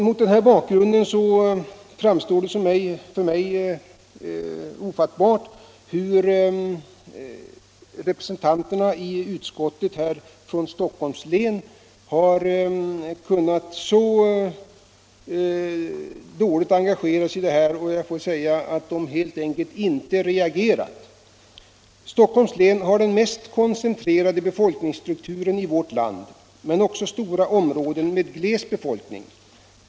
Mot denna bakgrund framstår det för mig som ofattbart hur representanterna från Stockholms län i utskottet har kunnat engagera sig så dåligt för denna fråga, de har helt enkelt inte reagerat. Stockholms län har den mest koncentrerade befolkningsstrukturen i vårt land, men också betydande områden med gles befolkning.